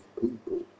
people